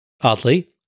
oddly